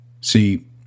See